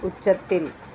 ഉച്ചത്തിൽ